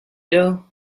dough